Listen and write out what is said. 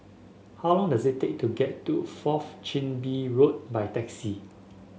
how long does it take to get to Fourth Chin Bee Road by taxi